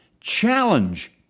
Challenge